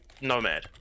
nomad